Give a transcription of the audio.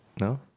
No